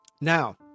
Now